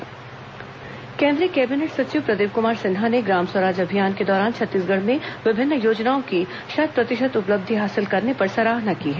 केंद्रीय सचिव समीक्षा केंद्रीय केबिनेट सचिव प्रदीप कुमार सिन्हा ने ग्राम स्वराज अभियान के दौरान छत्तीसगढ़ में विभिन्न योजनाओं की शत प्रतिशत उपलब्धि हासिल करने पर सराहना की है